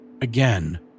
again